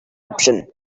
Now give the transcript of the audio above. option